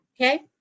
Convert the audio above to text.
okay